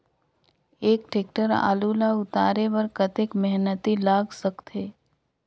एक टेक्टर आलू ल उतारे बर कतेक मेहनती लाग सकथे?